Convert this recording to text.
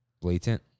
Blatant